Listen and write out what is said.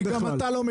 גם אתה לא מכיר אותי.